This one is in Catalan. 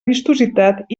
vistositat